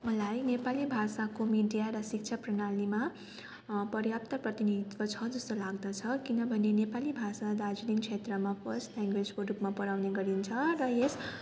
मलाई नेपाली भाषाको मिडिया र शिक्षा प्रणालीमा पर्याप्त प्रतिनिधित्त्व छ जस्तो लाग्दछ किनभने नेपाली भाषा दार्जिलिङ क्षेत्रमा फर्स्ट ल्याङ्ग्वेजको रूपमा पढाउने गरिन्छ र यस